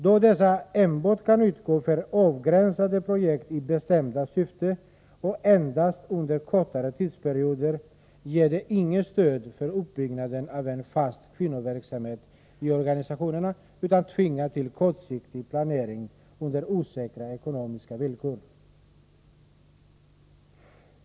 Då dessa enbart kan utgå för avgränsade projekt i bestämda syften och endast under kortare tidsperioder ger de inget stöd för uppbyggnaden av en fast kvinnoverksamhet i organisationerna utan tvingar till kortsiktig planering under osäkra ekonomiska villkor.